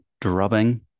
drubbing